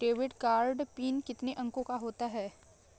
Debit card PIN कितने अंकों का होता है?